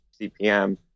CPM